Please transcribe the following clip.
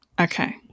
Okay